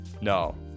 no